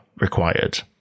required